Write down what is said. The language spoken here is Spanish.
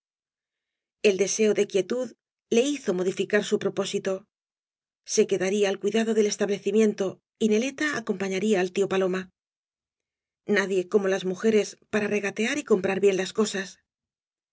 el deseo de quietud le hizo modificar su propósito se quedaría al cuidado del establecimiento y neleta acompañaría al tío paloma nadie como las mujeres para regatear y comprar bien las cosas